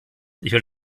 will